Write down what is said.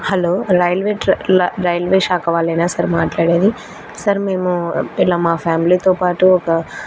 hello railway శాఖ వాళ్ళేనా sir మాట్లాడేది సార్ మేము ఇలా మా ఫ్యామిలీతో పాటు ఒక